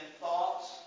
thoughts